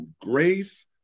grace